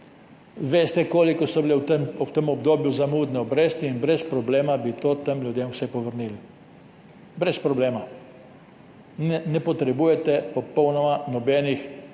Veste, koliko so bile v tem obdobju zamudne obresti, in brez problema bi tem ljudem vse povrnili. Brez problema! Ne potrebujete popolnoma nobenih